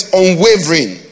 unwavering